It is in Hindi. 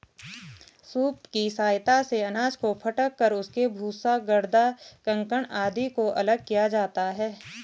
सूप की सहायता से अनाज को फटक कर उसके भूसा, गर्दा, कंकड़ आदि को अलग किया जाता है